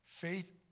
Faith